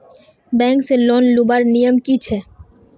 Bank से loan लुबार नियम की छे?